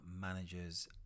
managers